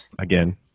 again